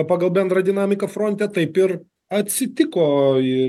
pagal bendrą dinamiką fronte taip ir atsitiko ir